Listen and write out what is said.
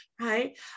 right